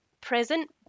present